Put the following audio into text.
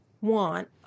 want